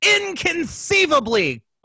inconceivably